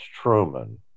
Truman